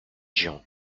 gens